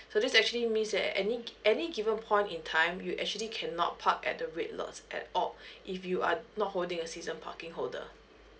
so this actually means that any gi~ any given point in time you actually cannot park at the red lots at all if you are not holding a season parking holder